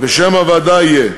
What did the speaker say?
ושם הוועדה יהיה: